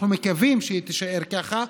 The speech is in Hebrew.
אנחנו מקווים שהיא תישאר ככה.